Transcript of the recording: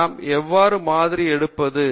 நாம் எவ்வாறு மாதிரி எடுப்பது